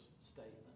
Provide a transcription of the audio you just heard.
statement